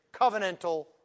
covenantal